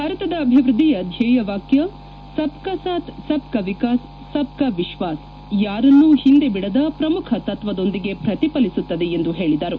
ಭಾರತದ ಅಭಿವೃದ್ದಿಯ ಧ್ಯೇಯವಾಕ್ಯ ಸಬ್ಮಾ ಸಾಥ್ ಸಬ್ಮಾ ವಿಕಾಸ್ ಸಬ್ಞಾ ವಿಶ್ವಾಸ್ ಯಾರನ್ನೂ ಹಿಂದೆ ಬಿಡದ ಪ್ರಮುಖ ತತ್ತ್ವದೊಂದಿಗೆ ಪ್ರತಿಫಲಿಸುತ್ತದೆ ಎಂದು ಹೇಳಿದರು